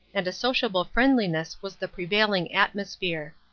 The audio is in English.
and a sociable friendliness was the prevailing atmosphere.